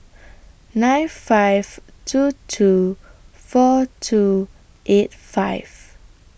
nine five two two four two eight five